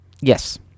Yes